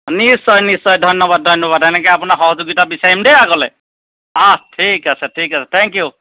নিশ্চয় নিশ্চয় ধন্যবাদ ধন্যবাদ এনেকৈ আপোনাৰ সহযোগিতা বিচাৰিম দেই আগলৈ ঠিক আছে ঠিক আছে থেংক ইউ